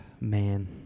Man